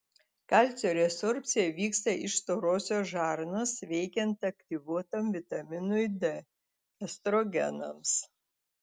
kalcio rezorbcija vyksta iš storosios žarnos veikiant aktyvuotam vitaminui d estrogenams